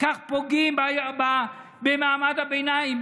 כך פוגעים במעמד הביניים,